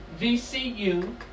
VCU